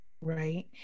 right